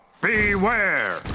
Beware